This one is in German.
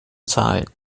zahlen